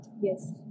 Yes